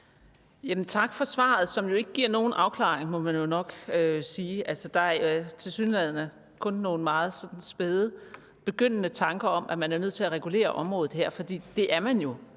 Tak for svaret, som ikke giver nogen afklaring, må man jo nok sige. Altså, der er tilsyneladende kun nogle meget sådan spæde og begyndende tanker om, at man er nødt til at regulere området her, for det er man jo.